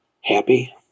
happy